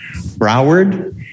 Broward